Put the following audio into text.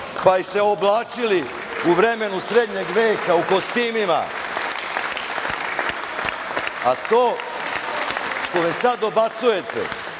pa se oblačili u vremenu srednjeg veka, u kostimima, a to što mi sada dobacujete,